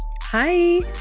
Hi